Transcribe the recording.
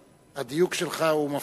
הדיוק שלך באמת מפתיע.